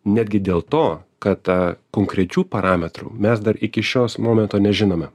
netgi dėl to kad konkrečių parametrų mes dar iki šios momento nežinome